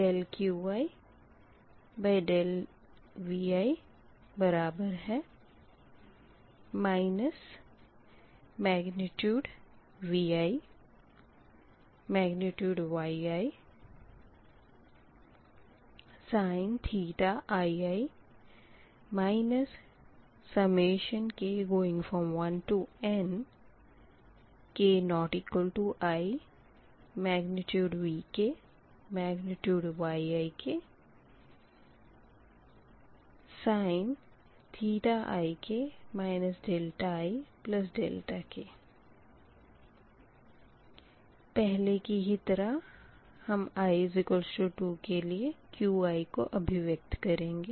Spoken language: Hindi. dQidVi 2ViYiisin ii k1 k≠inVkYkYiksin ik ik पहले की ही तरह हम i 2 के लिए Qi को अभिव्यक्त करेंगे